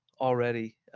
already